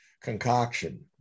concoction